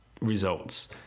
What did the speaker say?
results